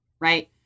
right